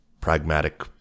pragmatic